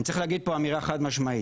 אני צריך להגיד פה אמירה חד משמעית,